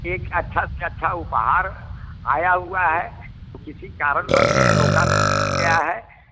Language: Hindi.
एक अच्छा से अच्छा उपहार आया हुआ है वो किसी कारण वश किसी रोका गया है